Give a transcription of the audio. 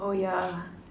oh yeah